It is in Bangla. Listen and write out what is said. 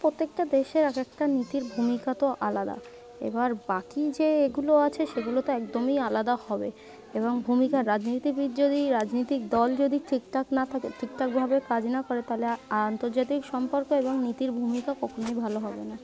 প্রত্যেকটা দেশের এক একটা নীতির ভূমিকা তো আলাদা এবার বাকি যে এগুলো আছে সেগুলো তো একদমই আলাদা হবে এবং ভূমিকা রাজনীতিবিদ যদি রাজনীতিক দল যদি ঠিক ঠাক না থাকে ঠিকঠাকভাবে কাজ না করে তাহলে আন্তর্জাতিক সম্পর্ক এবং নীতির ভূমিকা কখনোই ভালো হবে না